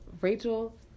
Rachel